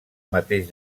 mateix